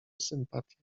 sympatię